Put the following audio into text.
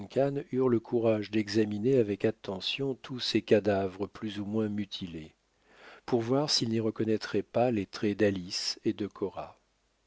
eurent le courage d'examiner avec attention tous ces cadavres plus ou moins mutilés pour voir s'ils n'y reconnaîtraient pas les traits d'alice et de